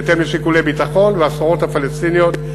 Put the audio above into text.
בהתאם לשיקולי ביטחון, והסחורות הפלסטיניות.